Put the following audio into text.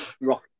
rock